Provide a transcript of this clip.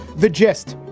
the gist?